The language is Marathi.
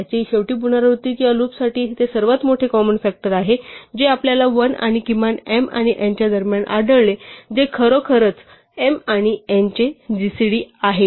याच्या शेवटी पुनरावृत्ती किंवा लूपसाठी ते सर्वात मोठे कॉमन फ़ॅक्टर आहे जे आपल्याला 1 आणि किमान m आणि n दरम्यान आढळले जे खरोखर m आणि n चे जीसीडी आहे